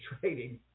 trading